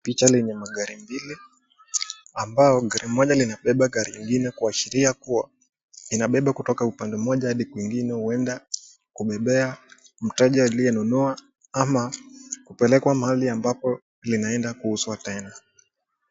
Picha lenye magari mbili ambayo gari moja linabeba gari ingine kuasiria kuwa, inabeba kutoka upande moja hadi kwingine, huenda kubebea mteja aliye nunua, ama kupelekwa mahali ambapo linaenda kuuzwa tena.